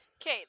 Okay